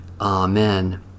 Amen